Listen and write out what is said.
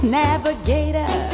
navigator